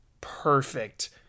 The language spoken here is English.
perfect